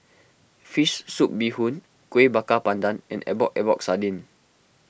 Fish Soup Bee Hoon Kueh Bakar Pandan and Epok Epok Sardin